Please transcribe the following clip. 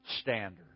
standard